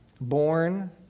Born